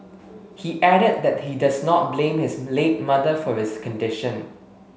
he added that he does not blame his late mother for his condition